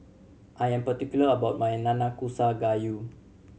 I am particular about my Nanakusa Gayu